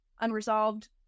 unresolved